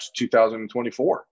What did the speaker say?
2024